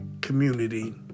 community